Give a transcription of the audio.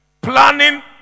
planning